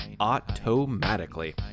automatically